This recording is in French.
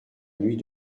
nuit